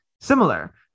similar